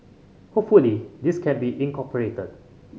hopefully this can be incorporated